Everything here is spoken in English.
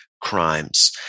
crimes